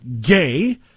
gay